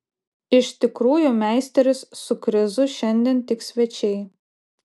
iš tikrųjų meisteris su krizu šiandien tik svečiai